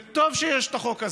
וטוב שיש החוק הזה,